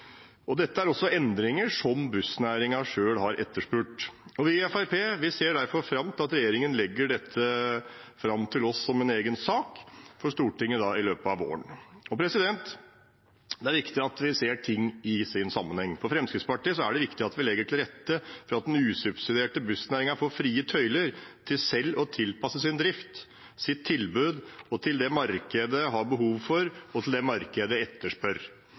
Dette er også endringer som bussnæringen selv har etterspurt. Vi i Fremskrittspartiet ser derfor fram til at regjeringen legger dette fram for oss som en egen sak i Stortinget i løpet av våren. Det er viktig at vi ser ting i sin sammenheng. For Fremskrittspartiet er det viktig at vi legger til rette for at den usubsidierte bussnæringen får frie tøyler til selv å tilpasse sin drift og sitt tilbud til det markedet har behov for, og det markedet etterspør.